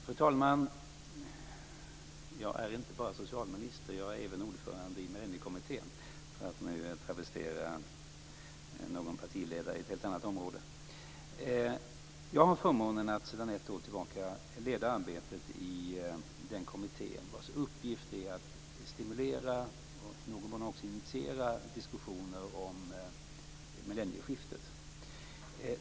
Fru talman! Jag är inte bara socialminister. Jag är även ordförande i Millenniekommittén, för att nu travestera någon partiledare i ett helt annat område. Jag har förmånen att sedan ett år tillbaka leda arbetet i den kommitté vars uppgift är att stimulera och i någon mån också initiera diskussioner om millennieskiftet.